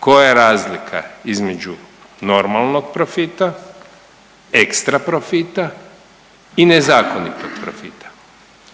koja je razlika između normalnog profita, ekstra profita i nezakonitog profita.